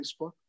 Facebook